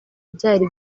byari